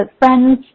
friends